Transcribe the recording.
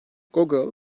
google